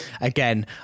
again